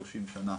30 שנה,